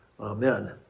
Amen